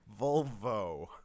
Volvo